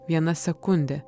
viena sekundė